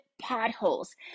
potholes